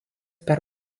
per